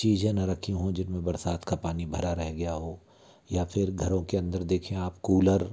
चीज़ें ना रखी हों जिन में बरसात का पानी भरा रह गया हो या फिर घरों के अंदर देखें आप कूलर